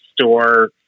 store